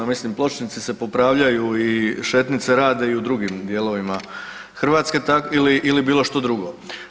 Mislim pločnici se popravljaju i šetnice rade i u drugim dijelovima Hrvatske ili bilo što drugo.